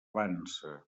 vansa